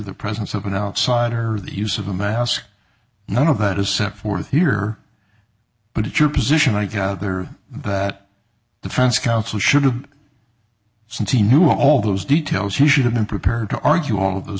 the presence of an outsider the use of a mask none of that is set forth here but your position i gather that defense counsel should have since he knew all those details he should have been prepared to argue all of those